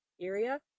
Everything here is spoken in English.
area